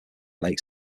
lakes